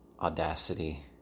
audacity